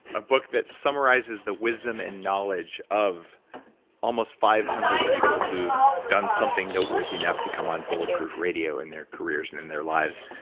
a book that summarizes the wisdom and knowledge of almost five hundred people who've done something noteworthy enough to come on bulletproof radio in their careers and in their lives,